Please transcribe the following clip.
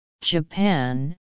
Japan